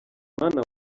mana